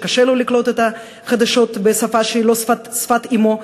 שקשה לו לקלוט את החדשות בשפה שהיא לא שפת אמו,